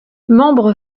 membre